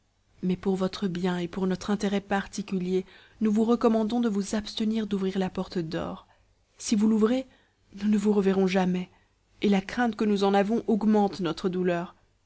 mais pour votre bien et pour notre intérêt particulier nous vous recommandons de vous abstenir d'ouvrir la porte d'or si vous l'ouvrez nous ne vous reverrons jamais et la crainte que nous en avons augmente notre douleur